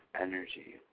energy